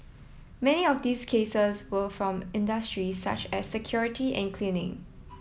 many of these cases were from industries such as security and cleaning